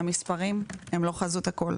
המספרים הם לא חזות הכול.